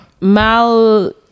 Mal